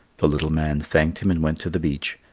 the little man thanked him and went to the beach.